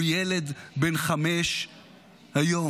הוא ילד בן חמש היום.